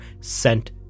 sent